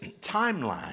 timeline